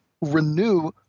renew